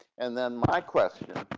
and then my question,